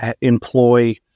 employ